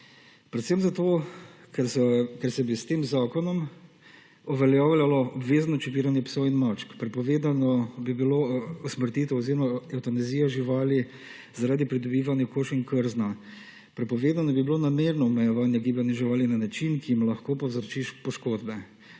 Predvsem zato, ker bi se s tem zakonom uveljavljalo obvezno čepiranje psov in mačk, prepovedano bi bilo usmrtitev oziroma evtanazija živali zaradi pridobivanja kož in krzna, prepovedano bi bilo namerno omejevanje gibanja živali na način, ki jim lahko povzroči poškodbe,